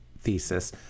thesis